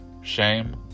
shame